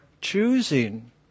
choosing